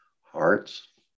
hearts